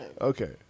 Okay